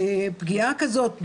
פגיעה כזאת או אחרת,